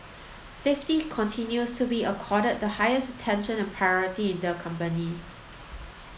safety continues to be accorded the highest attention and priority in the company